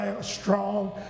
strong